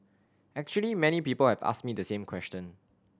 actually many people have asked me the same question